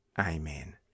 Amen